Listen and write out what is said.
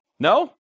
No